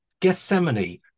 gethsemane